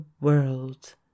world